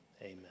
amen